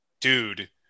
dude